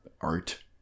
art